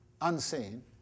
unseen